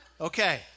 Okay